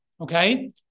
Okay